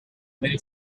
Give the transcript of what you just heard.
many